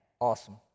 Awesome